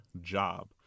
job